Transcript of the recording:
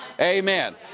Amen